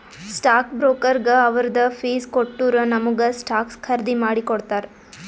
stock ಬ್ರೋಕರ್ಗ ಅವ್ರದ್ fees ಕೊಟ್ಟೂರ್ ನಮುಗ ಸ್ಟಾಕ್ಸ್ ಖರ್ದಿ ಮಾಡಿ ಕೊಡ್ತಾರ್